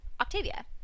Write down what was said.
Octavia